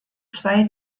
zwei